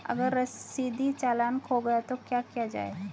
अगर रसीदी चालान खो गया तो क्या किया जाए?